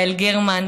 יעל גרמן,